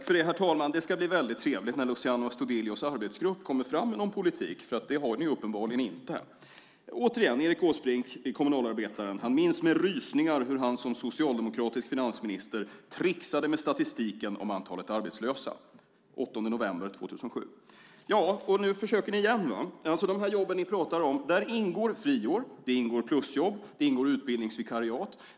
Herr talman! Det ska bli väldigt trevligt när Luciano Astudillos arbetsgrupp kommer fram med en politik. Det har ni uppenbarligen inte. Låt mig återigen nämna vad Erik Åsbrink säger i Kommunalarbetaren den 8 november 2007. Han minns med rysningar hur han som socialdemokratisk finansminister tricksade med statistiken om antalet arbetslösa. Nu försöker ni igen. Bland de jobb ni pratar om ingår friår, plusjobb och utbildningsvikariat.